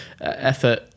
effort